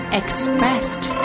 expressed